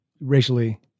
racially